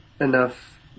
enough